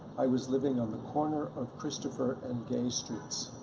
i was living on the corner of christopher and gay streets,